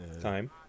Time